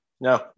no